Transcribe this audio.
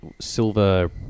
silver